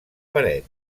paret